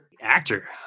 actor